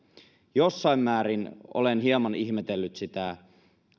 jossain määrin olen hieman ihmetellyt sitä